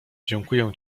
dziękuję